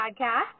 podcast